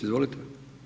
Izvolite.